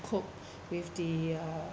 cope with the uh